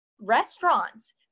restaurants